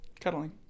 cuddling